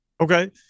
okay